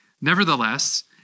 Nevertheless